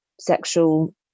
sexual